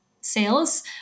sales